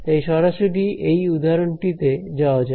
তাই সরাসরি এই উদাহরণটি তে যাওয়া যাক